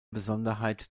besonderheit